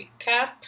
Recap